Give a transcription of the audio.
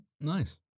Nice